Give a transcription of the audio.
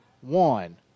one